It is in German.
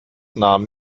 nahmen